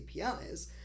apis